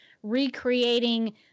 recreating